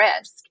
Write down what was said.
risk